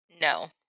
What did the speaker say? No